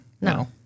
No